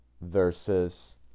versus